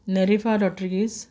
Narifa Rodrigues